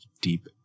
deep